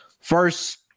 First